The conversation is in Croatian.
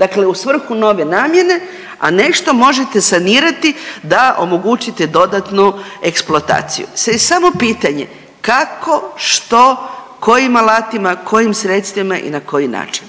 dakle u svrhu nove namjene, a nešto možete sanirati da omogućite dodatnu eksploataciju, sad je samo pitanje kako što kojim alatima, kojim sredstvima i na koji način.